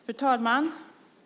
Fru talman!